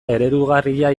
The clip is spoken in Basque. eredugarria